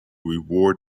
reward